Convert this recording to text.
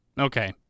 Okay